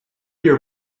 your